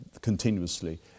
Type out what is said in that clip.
continuously